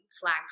flag